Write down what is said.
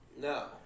no